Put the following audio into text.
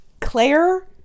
claire